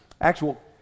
actual